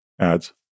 ads